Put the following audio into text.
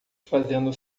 fazendo